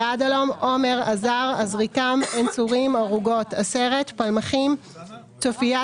עד הלום) עומר עזר עזריקם עין צורים ערוגות עשרת פלמחים צופייה